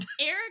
Eric